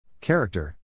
Character